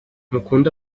mukunde